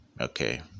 okay